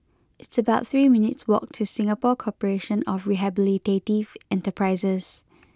it's about three minutes' walk to Singapore Corporation of Rehabilitative Enterprises